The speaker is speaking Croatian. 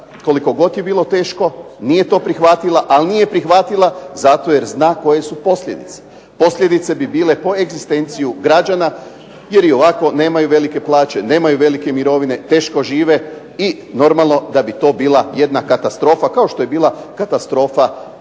koliko god to bilo teško nije to prihvatila ali nije prihvatila zato jer zna koje su posljedice. Posljedice bi bile po egzistenciju građana jer i ovako nemaju velike plaće, nemaju velike mirovine, teško žive i normalno da bi to bila jedna katastrofa kao što je bila katastrofa